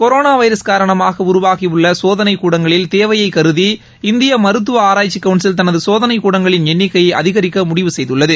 corona virus காரணமாக உருவாகியுள்ள சோதனைக் கூடங்களில் தேவையை கருதி இந்திய மருத்துவ ஆராய்ச்சி கவுன்சில் தனது சோதனைக் கூடங்களின் எண்ணிக்கையை அதிகரிக்க முடிவு செய்துள்ளது